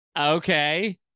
Okay